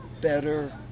better